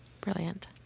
Brilliant